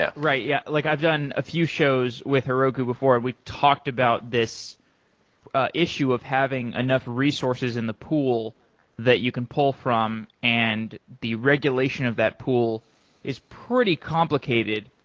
yeah yeah like i've done a few shows with heroku before. and we talked about this issue of having enough resources in the pool that you can pull from and the regulation of that pool is pretty complicated,